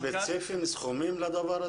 יש כספים ספציפיים לנושא הזה?